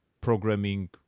programming